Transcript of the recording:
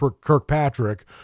Kirkpatrick